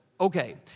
Okay